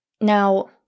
Now